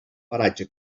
paratge